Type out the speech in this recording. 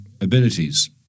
abilities